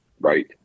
Right